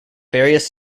various